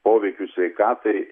poveikiu sveikatai